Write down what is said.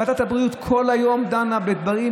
ועדת הבריאות דנה כל היום בדברים,